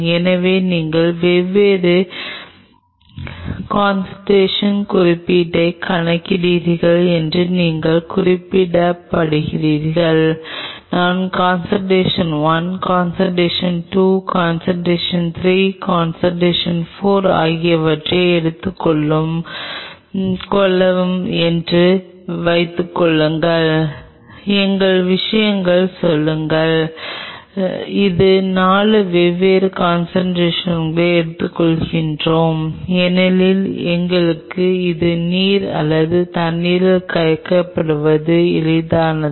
எனவே நீங்கள் வெவ்வேறு கான்செண்ட்ரஷன் குறியீட்டைக் காண்கிறீர்கள் என்று நீங்கள் குறியீடாக்குகிறீர்கள் நான் கான்செண்ட்ரஷன் 1 கான்செண்ட்ரஷன் 2 கான்செண்ட்ரஷன் 3 கான்செண்ட்ரஷன் 4 ஆகியவற்றை எடுத்துக்கொள்வோம் என்று வைத்துக் கொள்ளுங்கள் எங்கள் விஷயத்தில் சொல்லுங்கள் இது 4 வெவ்வேறு கான்செண்ட்ரஷன்களை எடுத்துக்கொள்கிறோம் ஏனெனில் எங்களுக்கு இது நீர் அல்லது தண்ணீரில் கரைக்கப்படுவது எளிதானது